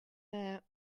out